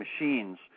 machines